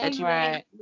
right